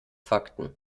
fakten